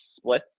split